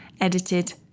edited